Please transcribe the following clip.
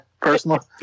personal